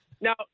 Now